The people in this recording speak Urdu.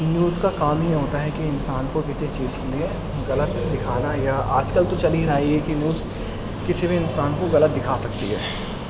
نیوز کا کام ہی ہوتا ہے کہ انسان کو کسی چیز کے لیے غلط دکھانا یا آج کل تو چل ہی رہا ہے یہ کہ نیوز کسی بھی انسان کو غلط دکھا سکتی ہے